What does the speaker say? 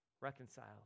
reconciled